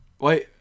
wait